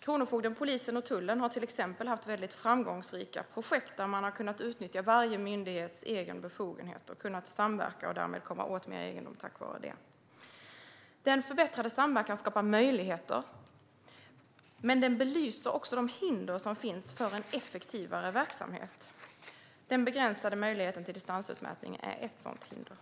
Kronofogden, Polisen och Tullen har till exempel haft väldigt framgångsrika projekt där man har kunnat utnyttja varje myndighets egen befogenhet och kunnat samverka och komma åt mer egendom tack vare detta. Den förbättrade samverkan skapar möjligheter, men den belyser också de hinder som finns för en effektivare verksamhet. Den begränsade möjligheten till distansutmätning är ett sådant hinder.